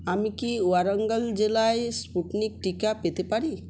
আমি কি ওয়ারঙ্গল জেলায় স্পুটনিক টিকা পেতে পারি